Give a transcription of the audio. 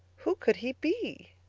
who could he be?